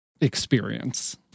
experience